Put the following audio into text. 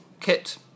kit